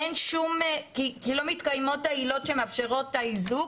כי לא מתקיימות העילות שמאפשרות את האיזוק,